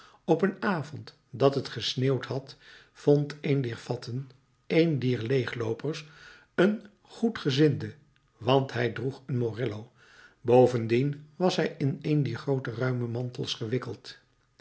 op een avond dat het gesneeuwd had vond een dier fatten een dier leegloopers een goedgezinde want hij droeg een morillo bovendien was hij in een dier groote ruime mantels gewikkeld